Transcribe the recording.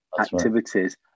activities